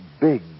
big